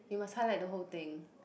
you must highlight the whole thing